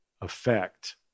effect